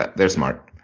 they're smart.